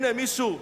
הנה, מישהו,